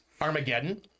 Armageddon